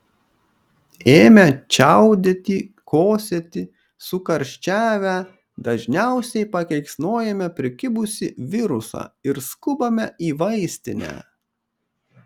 ėmę čiaudėti kosėti sukarščiavę dažniausiai pakeiksnojame prikibusį virusą ir skubame į vaistinę